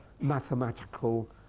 mathematical